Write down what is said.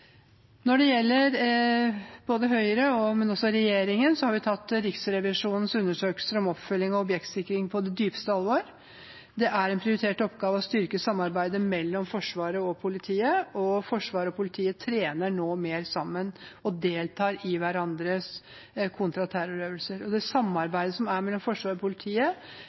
Når det gjelder både Høyre og regjeringen, har vi tatt Riksrevisjonens undersøkelser om oppfølging av objektsikring på det dypeste alvor. Det er en prioritert oppgave å styrke samarbeidet mellom Forsvaret og politiet. Forsvaret og politiet trener nå mer sammen og deltar i hverandres kontraterrorøvelser. Det samarbeidet som er mellom Forsvaret og politiet,